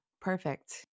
perfect